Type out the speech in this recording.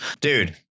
dude